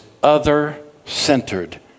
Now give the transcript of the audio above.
other-centered